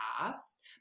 past